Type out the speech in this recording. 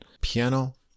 piano